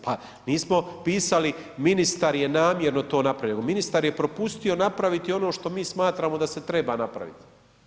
Pa nismo pisali ministar je namjerno to napravio nego ministar je propustio napraviti ono što mi smatramo da se treba napraviti.